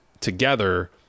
together